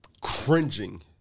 cringing